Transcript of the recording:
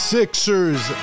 Sixers